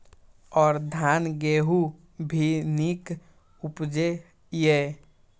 और धान गेहूँ भी निक उपजे ईय?